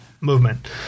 movement